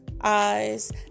eyes